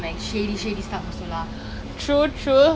but you have the opportunity to talk to a lot of people and interact you know